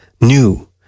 new